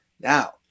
Now